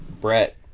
Brett